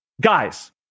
guys